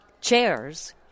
chairs